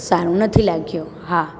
સારું નથી લાગ્યું હા